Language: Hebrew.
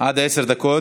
עד עשר דקות.